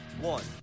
One